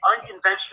unconventional